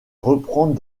reprendre